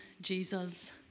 Jesus